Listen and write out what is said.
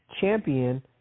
champion